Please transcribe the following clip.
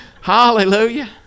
hallelujah